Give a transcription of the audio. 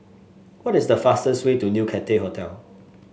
what is the fastest way to New Cathay Hotel